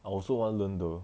I also want learn though